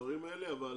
לדברים האלה, אבל